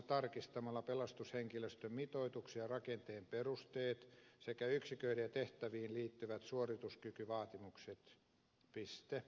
tarkistamalla pelastushenkilöstön mitoituksen ja rakenteen perusteet sekä yksiköiden ja tehtäviin liittyvät suorituskykyvaatimukset